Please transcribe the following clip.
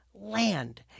land